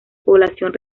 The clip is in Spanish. población